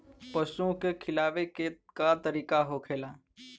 पशुओं के खिलावे के का तरीका होखेला?